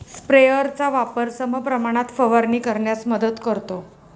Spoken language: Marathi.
स्प्रेयरचा वापर समप्रमाणात फवारणी करण्यास मदत करतो